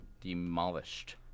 demolished